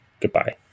Goodbye